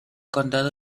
condado